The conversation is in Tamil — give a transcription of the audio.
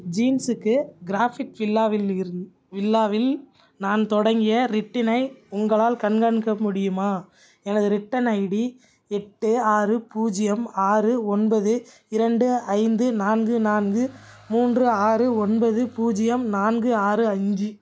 ஜீன்ஸுக்கு க்ராஃபிக் வில்லாவில் இருந்து வில்லாவில் நான் தொடங்கிய ரிட்டனை உங்களால் கண்காணிக்க முடியுமா எனது ரிட்டர்ன் ஐடி எட்டு ஆறு பூஜ்ஜியம் ஆறு ஒன்பது இரண்டு ஐந்து நான்கு நான்கு மூன்று ஆறு ஒன்பது பூஜ்ஜியம் நான்கு ஆறு அஞ்சு